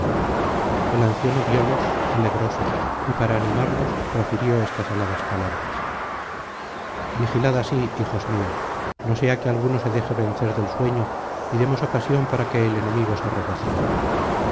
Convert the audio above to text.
el anciano viólos alegróse y para animarlos profirió estas aladas palabras vigilad así hijos míos no sea que alguno se deje vencer del sueño y demos ocasión para que el enemigo se regocije